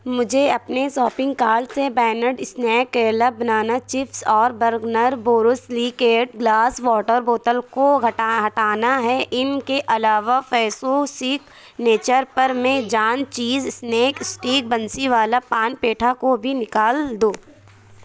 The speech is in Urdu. مجھے اپنے ساپنگ کال سے بینڈ اسنیک کیرل بنانا چپس اور برگنر بوروسلیکیٹ گلاس واٹر بوتل کو ہٹا ہٹانا ہے ان کے علاوہ فیسو سکنیچر پر میں جان چیز اسنیک اسٹیک بنسی والا پان پیٹھا کو بھی نکال دو